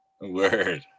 Word